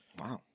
wow